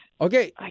okay